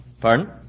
Pardon